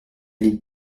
les